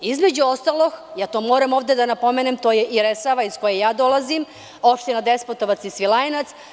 Između ostalog, to moram ovde da napomenem, to je i Resava, iz koje ja dolazim, kao i opština Despotovac i Svilajnac.